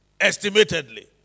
estimatedly